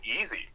easy